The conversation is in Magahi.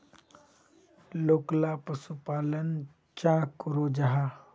लोकला पशुपालन चाँ करो जाहा?